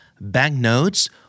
banknotes